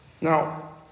Now